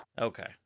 okay